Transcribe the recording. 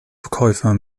verkäufer